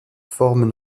formes